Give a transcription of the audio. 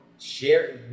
Share